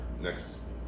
next